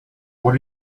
what